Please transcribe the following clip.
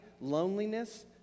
loneliness